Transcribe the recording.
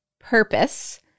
purpose